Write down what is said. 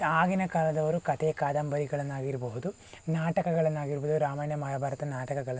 ಆಗಿನ ಕಾಲದವರು ಕಥೆ ಕಾದಂಬರಿಗಳನ್ನಾಗಿರಬಹುದು ನಾಟಕಗಳನ್ನಾಗಿರಬಹುದು ರಾಮಾಯಣ ಮಹಾಭಾರತ ನಾಟಕಗಳನ್ನು